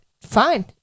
fine